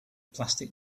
plastic